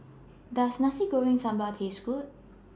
Does Nasi Goreng Sambal Taste Good